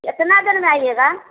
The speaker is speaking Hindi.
कितने देर में आइएगा